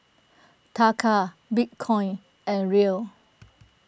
Taka Bitcoin and Riel